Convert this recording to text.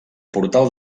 portal